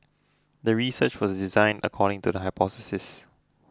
the research was designed according to the hypothesis